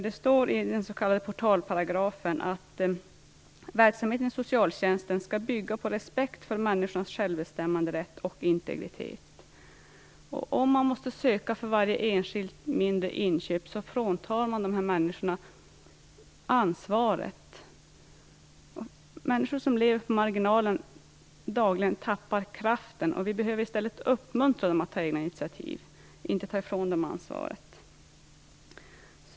Det står i den s.k. portalparagrafen att verksamheten i socialtjänsten skall bygga på respekt för människans självbestämmanderätt och integritet. Att behöva söka hjälp för varje enskilt mindre inköp innebär att människorna fråntas ansvaret. Människor som dagligen lever på marginalen tappar kraften. Vi behöver uppmuntra dem till att ta egna initiativ i stället för att ta ifrån dem ansvaret.